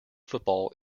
football